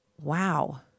Wow